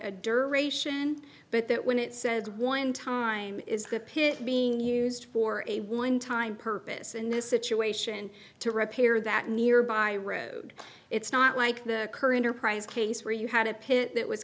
duration but that when it says one time is the pit being used for a one time purpose in this situation to repair that nearby road it's not like the current or price case where you had a pit that was